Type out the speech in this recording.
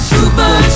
Super